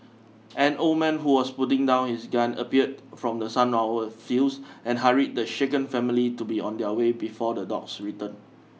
an old man who was putting down his gun appeared from the sunflower fields and hurried the shaken family to be on their way before the dogs return